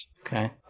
Okay